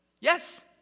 Yes